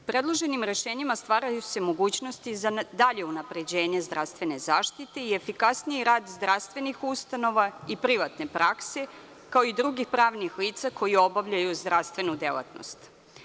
Predloženim rešenjima stvaraju se mogućnosti za dalje unapređenje zdravstvene zaštite i efikasniji rad zdravstveni ustanova i privatne prakse, kao i drugih pravnih lica koja obavljaju zdravstvenu delatnost.